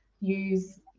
use